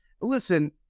Listen